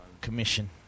Commission